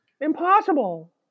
impossible